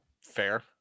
Fair